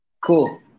Cool